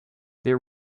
they